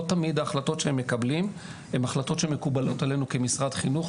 לא תמיד ההחלטות שהם מקבלים הן החלטות שמקובלות עלינו כמשרד חינוך.